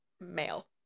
male